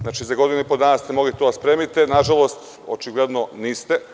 Znači za godinu i po dana ste mogli to da spremite, nažalost očigledno niste.